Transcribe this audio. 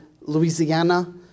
Louisiana